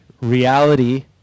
reality